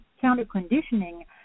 counter-conditioning